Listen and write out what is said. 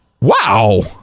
Wow